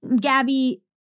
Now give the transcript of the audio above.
Gabby